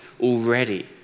already